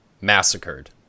massacred